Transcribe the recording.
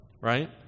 Right